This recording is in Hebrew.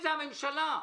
הממשלה.